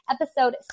episode